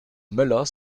möller